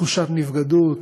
תחושת נבגדות,